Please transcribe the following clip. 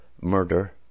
murder